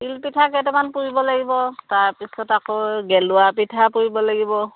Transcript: তিলপিঠা কেইটামান পুৰিব লাগিব তাৰপিছত আকৌ গেলোৱা পিঠা পুৰিব লাগিব